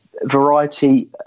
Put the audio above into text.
variety